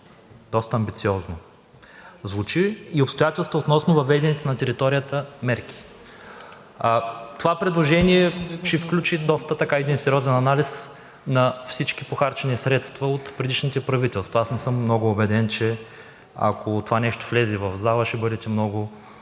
доста амбициозно звучи – и обстоятелства относно въведените на територията мерки. Това предложение ще включи и доста сериозен анализ на всички похарчени средства от предишните правителства. Аз не съм много убеден, че ако това нещо влезе в залата, ще бъдете много